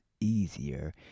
easier